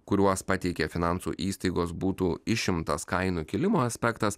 kuriuos pateikė finansų įstaigos būtų išimtas kainų kilimo aspektas